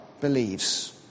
believes